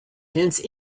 hence